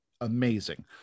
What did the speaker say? amazing